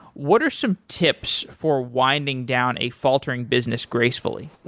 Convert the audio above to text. what are some tips for winding down a faltering business gracefully?